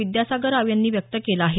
विद्यासागर राव यांनी व्यक्त केला आहे